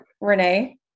Renee